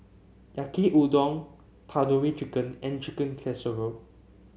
Yaki Udon Tandoori Chicken and Chicken Casserole